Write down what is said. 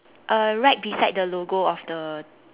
uh right beside the logo of the